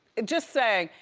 just saying.